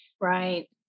Right